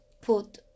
put